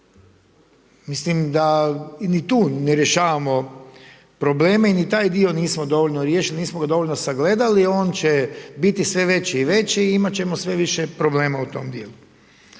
Mislim da ni tu ne rješavamo probleme i ni taj dio nismo dovoljno riješili, nismo ga dovoljno sagledali, on će biti sve veći i veći i imati ćemo sve više problema u tom dijelu.